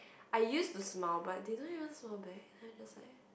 I used to smile but they don't even smile back then I just like